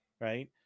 Right